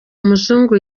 umuzungu